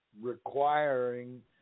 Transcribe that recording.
requiring